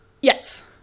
Yes